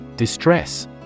Distress